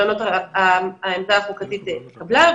העמדה החוקתית התקבלה,